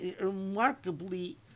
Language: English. remarkably